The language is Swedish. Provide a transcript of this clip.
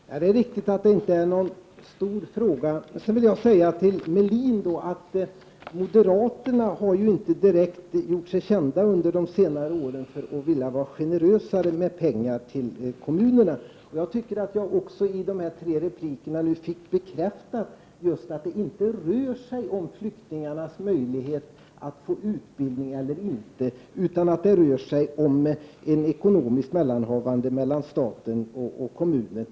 Herr talman! Det är riktigt att det inte är någon stor fråga. Jag vill till Ulf Melin säga att moderaterna under senare år inte har gjort sig direkt kända för att vara generösa med pengar till kommunerna. Jag tyckte mig få bekräftat, efter att ha lyssnat på dessa inlägg, att det inte rör — Prot. 1989/90:46 sig om flyktingarnas möjlighet att få utbildning eller inte utan att det rör sig 14 december 1990 om ett ekonomiskt mellanhavande mellan staten och kommunen.